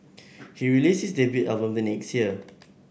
he released his debut album the next year